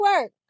work